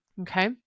Okay